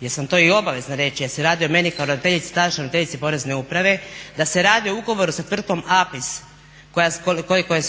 jer sam to i obavezna reći jer se radi o meni kao ravnateljici, tadašnjoj ravnateljici porezne uprave da se radio ugovor sa tvrtkom APIS koja